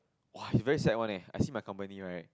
!wah! it's very sad one leh I see my company right